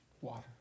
Water